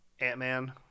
Ant-Man